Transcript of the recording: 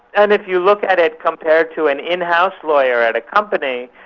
and if you look at it compared to an in-house lawyer at a company,